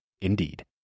Indeed